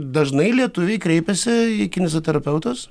dažnai lietuviai kreipiasi į kineziterapeutus